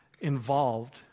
involved